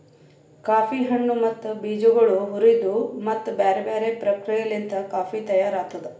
coffee ಹಣ್ಣು ಮತ್ತ ಬೀಜಗೊಳ್ ಹುರಿದು ಮತ್ತ ಬ್ಯಾರೆ ಬ್ಯಾರೆ ಪ್ರಕ್ರಿಯೆಲಿಂತ್ ಕಾಫಿ ತೈಯಾರ್ ಆತ್ತುದ್